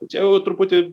tai čia jau truputį